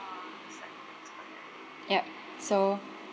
yup so